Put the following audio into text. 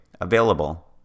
available